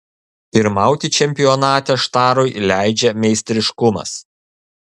pirmauti čempionate štarui leidžia meistriškumas